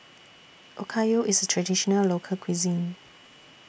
Okayu IS Traditional Local Cuisine